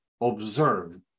observe